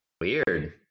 weird